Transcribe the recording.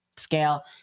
scale